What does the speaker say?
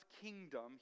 kingdom